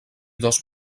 dos